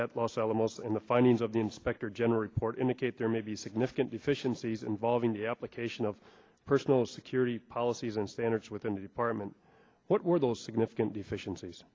at los alamos and the findings of the inspector general report indicate there may be significant deficiencies involving the application of personal security policies and standards within the department what were those significant deficiencies